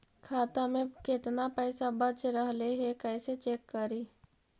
खाता में केतना पैसा बच रहले हे कैसे चेक करी?